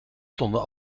stonden